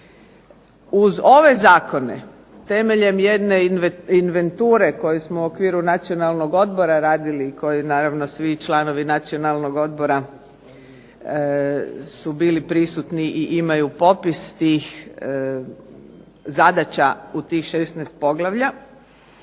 Uz ove zakone temeljem jedne inventure koju smo u okviru Nacionalnog odbora radili i koju naravno svi članovi Nacionalnog odbora su bili prisutni i imaju popis tih zadaća u tih 16 poglavlja